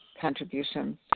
contributions